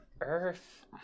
earth